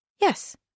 Yes